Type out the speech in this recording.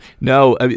No